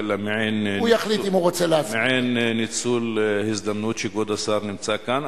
אלא מעין ניצול הזדמנות שכבוד השר נמצא כאן,